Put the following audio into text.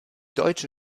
deutsche